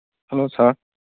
hello sir